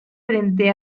frente